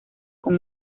con